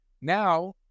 Now